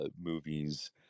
movies